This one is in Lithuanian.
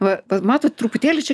va bet matot truputėlį čia